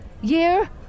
year